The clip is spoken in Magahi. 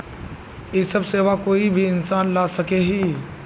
इ सब सेवा कोई भी इंसान ला सके है की?